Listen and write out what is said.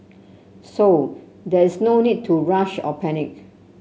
so there is no need to rush or panic